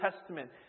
Testament